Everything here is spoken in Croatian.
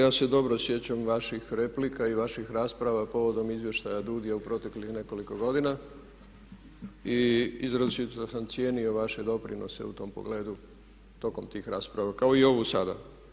Ja se dobro sjećam vaših replika i vaših rasprava povodom izvještaja DUUDI-ja u proteklih nekoliko godina i izričito sam cijenio vaše doprinose u tom pogledu, tokom tih rasprava kao i ovih sada.